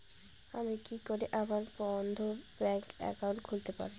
আমি কি করে আমার বন্ধ ব্যাংক একাউন্ট খুলতে পারবো?